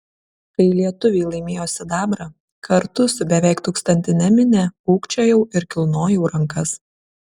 kai lietuviai laimėjo sidabrą kartu su beveik tūkstantine minia ūkčiojau ir kilnojau rankas